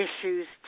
issues